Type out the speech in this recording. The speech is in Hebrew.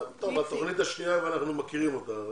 התוכנית השנייה, אנחנו מכירים אותה.